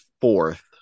fourth